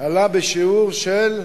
עלה בשיעור של,